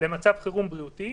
למצב חירום בריאותי